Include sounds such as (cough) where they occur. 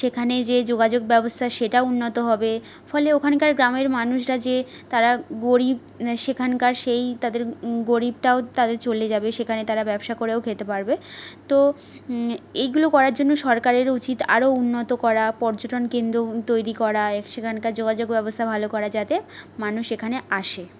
সেখানে যে যোগাযোগ ব্যবস্থা সেটাও উন্নত হবে ফলে ওখানকার গ্রামের মানুষরা যে তারা গরীব সেখানকার সেই তাদের (unintelligible) গরীবটাও তাদের চলে যাবে সেখানে তারা ব্যবসা করেও খেতে পারবে তো এইগুলো করার জন্য সরকারেরও উচিত আরও উন্নত করা পর্যটনকেন্দ্র তৈরি করা সেখানকার যোগাযোগ ব্যবস্থা ভালো করা যাতে মানুষ এখানে আসে